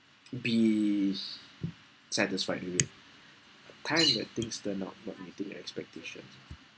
be satisfied with it time that things turn out not meeting your expectation